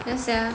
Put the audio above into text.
yeah sia